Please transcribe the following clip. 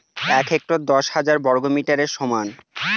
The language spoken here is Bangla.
এক হেক্টর দশ হাজার বর্গমিটারের সমান